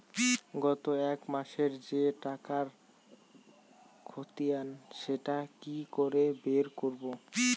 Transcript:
গত এক মাসের যে টাকার খতিয়ান সেটা কি করে বের করব?